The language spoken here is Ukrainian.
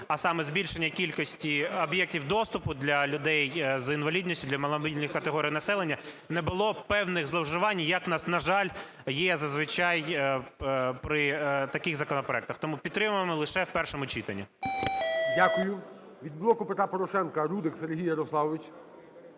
а саме збільшення кількості об'єктів доступу для людей з інвалідністю, для маломобільних категорій населення не було певних зловживань, як в нас, на жаль, є зазвичай при таких законопроектах. Тому підтримуємо лише в першому читанні. ГОЛОВУЮЧИЙ. Дякую. Від "Блоку Петра Порошенка" Рудик Сергій Ярославович.